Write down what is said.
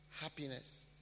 happiness